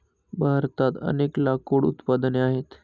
भारतात अनेक लाकूड उत्पादने आहेत